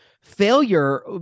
failure